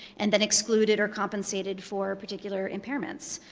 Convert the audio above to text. and then excluded or compensated for particular impairments.